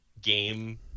game